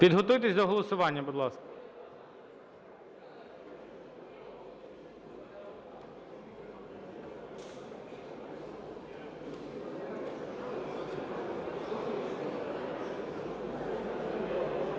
Підготуйтесь до голосування, будь ласка.